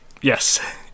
Yes